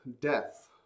death